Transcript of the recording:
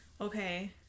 Okay